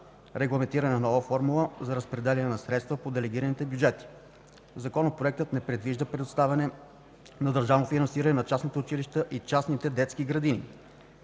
регламентиране на нова формула за разпределяне на средствата по делегираните бюджети. Законопроектът не предвижда предоставяне на държавно финансиране на частните училища и частните детски градини.